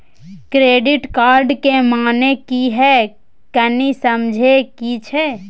Credit card के माने की हैं, कनी समझे कि छि?